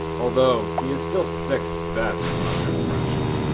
although, he is still sixth best under pressure.